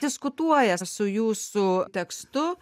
diskutuoja su jūsų tekstu